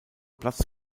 platz